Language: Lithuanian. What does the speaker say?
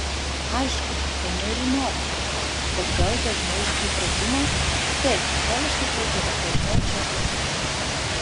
aišku einu ir į norfą bet gal dažniau iš įpratimo taip gal iš įpratimo dažniau čia užsuku